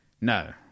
No